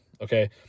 Okay